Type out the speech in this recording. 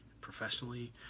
professionally